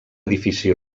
edifici